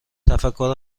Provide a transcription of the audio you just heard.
تفکر